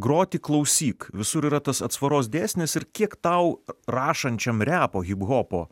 groti klausyk visur yra tas atsvaros dėsnis ir kiek tau rašančiam repo hiphopo